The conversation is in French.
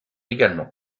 également